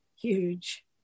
huge